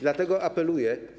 Dlatego apeluję.